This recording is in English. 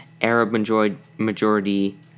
Arab-majority